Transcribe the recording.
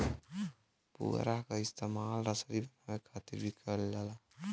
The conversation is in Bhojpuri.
पुवरा क इस्तेमाल रसरी बनावे क खातिर भी करल जाला